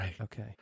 Okay